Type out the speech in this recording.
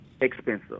expensive